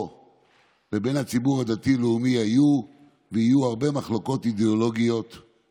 היו גאים להימנות עם חברי הסניף.